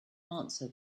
answer